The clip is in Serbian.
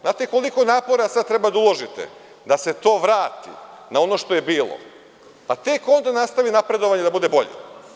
Znate koliko napora sada treba da uložite da se to vrati na ono što je bilo, pa tek onda nastavi napredovanje da bude bolje?